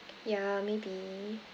yeah maybe